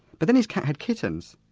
but then his cat had kittens,